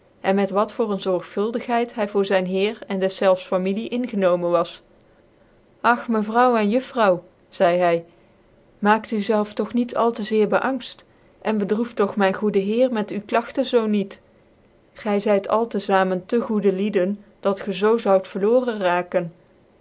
cn met wat voor een zorgvuldigheid hy voor zyn heer cn dcszelfs familie ingenomen was ach mevrouw en juffrouw zeidc hy maakt u zclvcu doch niet al tc zeer bcanglt cn bedroeft doch mvn tjocde heer met u klagtcn zoo niet gy zyt al tc zamen tc goede lieden dat gc zoo zoud vcrlooren raken